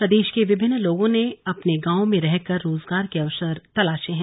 प्रदेश के विभिन्न लोगों ने अपने गांवों में रहकर रोजगार के अवसर तलाशें हैं